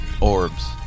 orbs